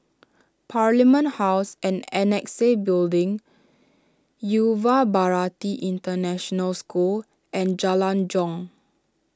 Parliament House and Annexe Building Yuva Bharati International School and Jalan Jong